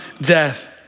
death